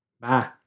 Bye